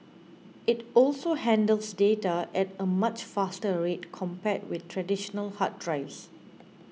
it also handles data at a much faster rate compared with traditional hard drives